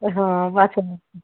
ଏ ହଁ ବାଛ ହଁ ହଁ